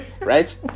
right